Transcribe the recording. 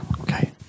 Okay